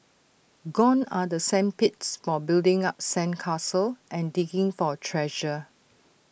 gone are the sand pits for building up sand castles and digging for treasure